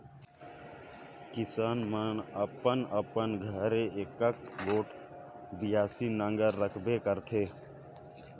किसान मन अपन अपन घरे एकक गोट बियासी नांगर राखबे करथे